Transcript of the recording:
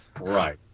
Right